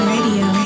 Radio